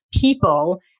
people